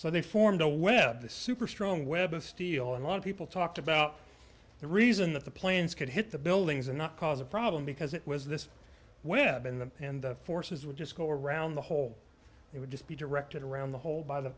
so they formed a web this super strong web of steel and a lot of people talked about the reason that the planes could hit the buildings and not cause a problem because it was this web in them and the forces would just go around the hole they would just be directed around the hole by the